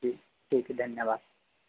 जी ठीक है धन्यवाद